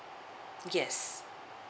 yes